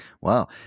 Wow